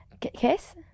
kiss